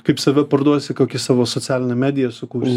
kaip save parduosi kokią savo socialinę mediją sukursi